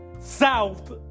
South